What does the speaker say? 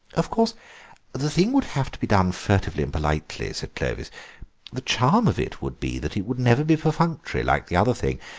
of course the thing would have to be done furtively and politely, said clovis the charm of it would be that it would never be perfunctory like the other thing.